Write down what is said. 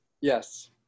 Yes